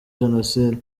jenoside